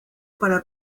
para